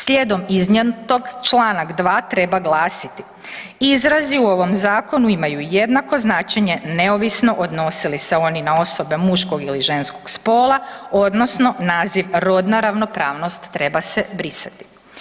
Slijedom iznijetog čl. 2. treba glasiti, izrazi u ovom zakonu imaju jednako značenje neovisno odnose li se oni na osobe muškog ili ženskog spola odnosno naziv rodna ravnopravnost treba se brisati.